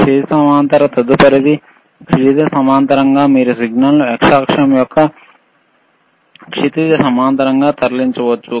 క్షితిజసమాంతర తదుపరిది క్షితిజ సమాంతరంగా మీరు సిగ్నల్ ను x అక్షం యొక్క క్షితిజ సమాంతరంగా తరలించవచ్చు